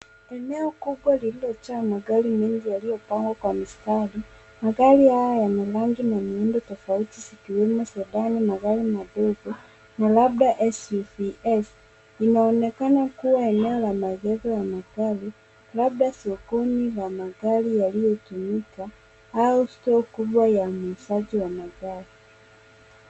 Eneo kubwa lililojaa magari mengi yaliyopangwa kwa mistari. Magari haya yana rangi na miundo tofauti, zikiwemo, Sedan, magari madogo, na labda SUV. Linaonekana kua eneo la maegesho ya magari, labda sokoni la magari yaliyotumika, au store kubwa ya muuzaji wa magari.